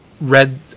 read